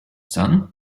son